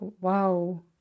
Wow